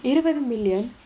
இருவது:iruvathu million